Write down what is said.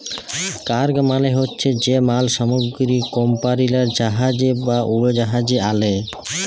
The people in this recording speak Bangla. কার্গ মালে হছে যে মাল সামগ্রী কমপালিরা জাহাজে বা উড়োজাহাজে আলে